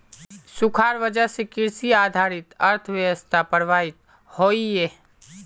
सुखार वजह से कृषि आधारित अर्थ्वैवास्था प्रभावित होइयेह